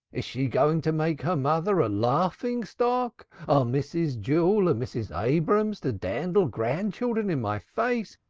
is she going to make her mother a laughing-stock! are mrs. jewell and mrs. abrahams to dandle grandchildren in my face,